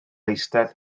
eistedd